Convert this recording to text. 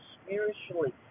spiritually